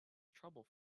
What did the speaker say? trouble